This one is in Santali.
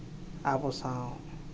ᱟᱵᱚ ᱥᱟᱶ